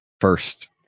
first